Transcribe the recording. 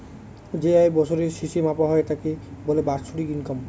যে আয় বছরের শেষে মাপা হয় তাকে বলে বাৎসরিক ইনকাম